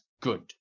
good